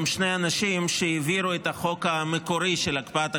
עם שני אנשים שהעבירו את החוק המקורי של הקפאת הכספים.